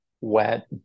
wet